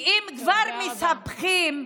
אם כבר מספחים,